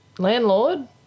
Landlord